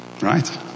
Right